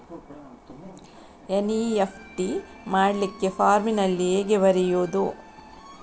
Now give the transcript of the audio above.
NEFT ಮಾಡ್ಲಿಕ್ಕೆ ಫಾರ್ಮಿನಲ್ಲಿ ಹೇಗೆ ಬರೆಯುವುದು?